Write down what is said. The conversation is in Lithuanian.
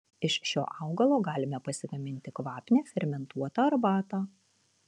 iš šio augalo galime pasigaminti kvapnią fermentuotą arbatą